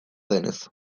denez